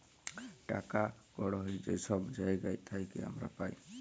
টাকা কড়হি যে ছব জায়গার থ্যাইকে আমরা পাই